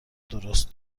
درست